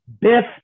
Biff